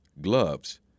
gloves